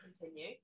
continue